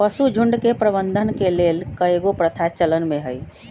पशुझुण्ड के प्रबंधन के लेल कएगो प्रथा चलन में हइ